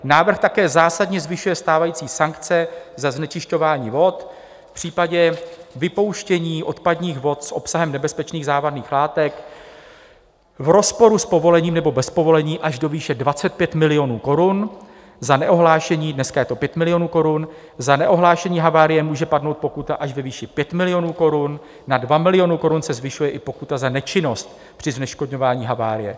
Návrh také zásadně zvyšuje stávající sankce za znečišťování vod, v případě vypouštění odpadních vod s obsahem nebezpečných závadných látek v rozporu s povolením nebo bez povolení až do výše 25 milionů korun, dneska je to 5 milionů korun, za neohlášení havárie může padnout pokuta až ve výši 5 milionů korun, na 2 miliony korun se zvyšuje i pokuta za nečinnost při zneškodňování havárie.